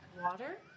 water